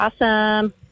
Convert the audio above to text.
awesome